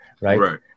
right